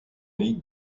ligue